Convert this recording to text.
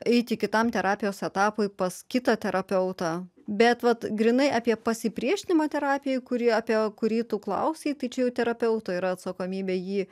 eiti kitam terapijos etapui pas kitą terapeutą bet vat grynai apie pasipriešinimą terapijai kurį apie kurį tu klausei tai čia jau terapeuto yra atsakomybė jį